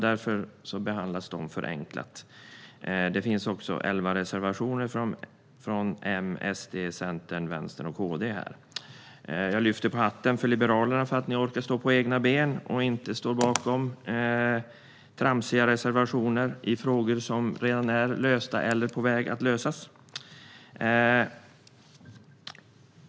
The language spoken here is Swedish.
Därför behandlas de förenklat. Det finns också elva reservationer, från M, SD, C, V och KD. Jag lyfter på hatten för Liberalerna för att de orkar stå på egna ben och inte står bakom tramsiga reservationer i frågor som redan är lösta eller på väg att lösas.